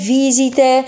visite